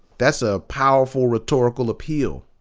that's a powerfu l rhetorical appeal.